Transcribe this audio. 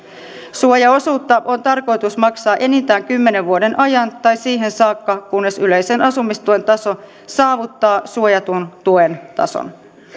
suojaosuutta on tarkoitus maksaa enintään kymmenen vuoden ajan tai siihen saakka kunnes yleisen asumistuen taso saavuttaa suojatun tuen tason